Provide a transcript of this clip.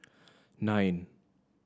nine